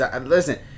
Listen